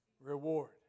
reward